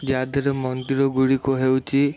ୟା ଦେହରେ ମନ୍ଦିର ଗୁଡ଼ିକ ହେଉଛି